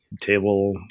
Table